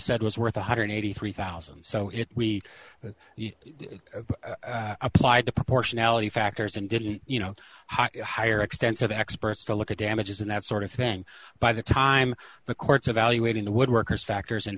said was worth one hundred and eighty three thousand so if we applied the proportionality factors and didn't you know higher extensive experts to look at damages and that sort of thing by the time the courts evaluating the woodworkers factors in